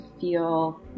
feel